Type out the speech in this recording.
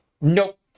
Nope